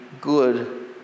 good